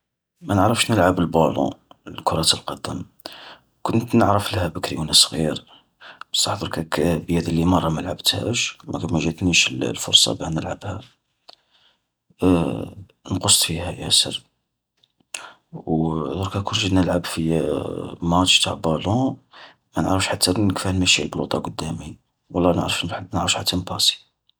ما نعرفش نلعب البالون، كرة القدم. كنت نعرفلها بكري وانا صغير، بالصح ظركا بيا ذلي مارة ما لعبتهاش، ماجاتنيش الفرصة باه نلعبها، نقصت فيها ياسر، و ظرك كون نجي نلعب في ماتش نتع بالون، مانعرفش حتى ن-كيفاش نمشي البلوطة قدامي ولا مانعرفش مانعرفش حتى نباصي.